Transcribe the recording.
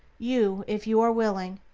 you, if you are willing,